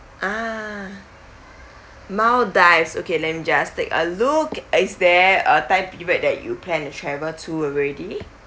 ah maldives okay let me just take a look is there a time period that you plan to travel to already